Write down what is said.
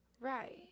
Right